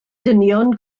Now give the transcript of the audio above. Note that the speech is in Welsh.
dynion